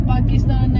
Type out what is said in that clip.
Pakistan